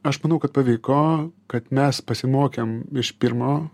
aš manau kad pavyko kad mes pasimokėm iš pirmo